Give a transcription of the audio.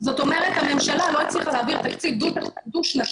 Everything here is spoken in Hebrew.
זאת אומרת הממשלה לא הצליחה להעביר תקציב דו שנתי,